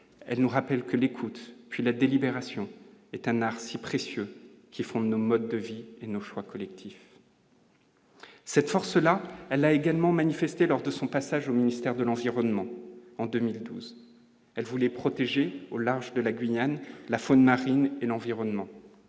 elle nous rappelle que l'écoute et puis la délibération est un art si précieux qui font nos modes de vie et nos choix collectifs. Cette force-là, elle a également manifesté lors de son passage au ministère de l'environnement en 2012, elle voulait protéger au large de la Guyane, la faune marine et l'environnement,